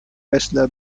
wrestler